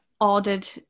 ordered